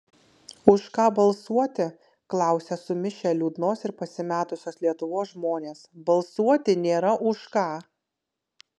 už ką balsuoti klausia sumišę liūdnos ir pasimetusios lietuvos žmonės balsuoti nėra už ką